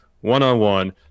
one-on-one